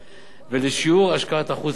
ולשיעור השקעת החוץ בחברה.